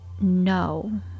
No